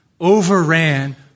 overran